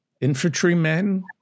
infantrymen